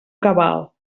cabal